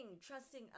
trusting